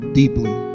deeply